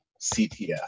CTF